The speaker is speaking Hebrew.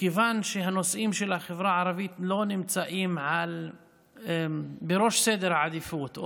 מכיוון שהנושאים של החברה הערבית לא נמצאים בראש סדר העדיפויות,